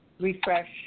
refresh